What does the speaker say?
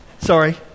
Sorry